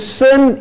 sin